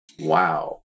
Wow